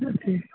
جی